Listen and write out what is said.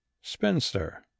spinster